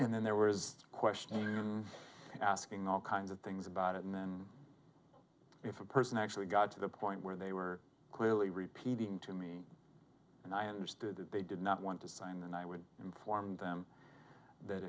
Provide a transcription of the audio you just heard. and then there was a question asking all kinds of things about it and then if a person actually got to the point where they were clearly repeating to me and i understood that they did not want to sign and i would inform them that